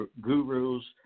gurus